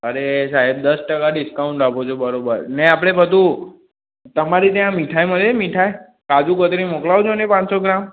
array સાહેબ દસ ટકા ડિસ્કાઉન્ટ આપો છો બરાબર ને આપણે બધું તમારે ત્યાં મીઠાઈ મળે છે મીઠાઈ કાજૂકતરી મોકલાવજો ને પાંચસો ગ્રામ